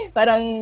Parang